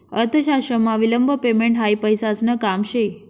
अर्थशास्त्रमा विलंब पेमेंट हायी पैसासन काम शे